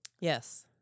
Yes